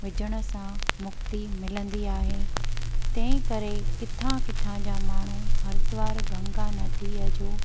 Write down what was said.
विझण सां मुक्ती मिलंदी आहे तंहिं करे किथां किथां जा माण्हू हरिद्वार गंगा नदीअ जो